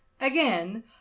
again